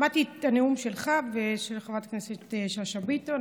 שמעתי את הנאום שלך ושל חברת הכנסת שאשא ביטון,